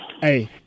Hey